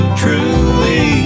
truly